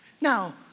Now